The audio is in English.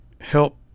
help